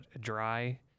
dry